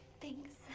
Thanks